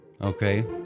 Okay